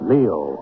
Leo